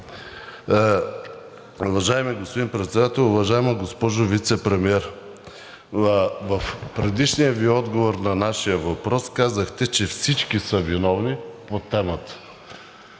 Уважаеми господин Председател! Уважаема госпожо Вицепремиер, в предишния Ви отговор на нашия въпрос казахте, че всички са виновни по темата.